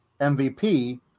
MVP